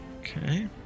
Okay